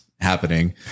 happening